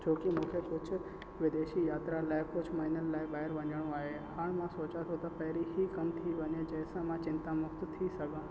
छो की मूंखे कुझु विदेशी यात्रा लाइ कुझु महिननि लाइ ॿाहिरि वञिणो आहे हाणि मां सोचां थो त पहिरीं हीउ कमु थी वञे जंहिं सां मां चिन्तामुक्त थी सघां